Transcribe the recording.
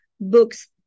books